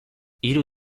hiru